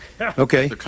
okay